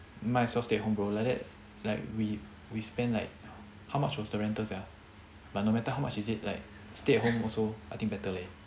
might as stay at home bro like that like we we spend like how much was the rental sia but no matter how much is it like stay at home also I think better leh